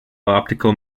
optical